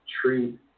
treat